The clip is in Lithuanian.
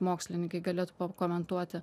mokslininkai galėtų pakomentuoti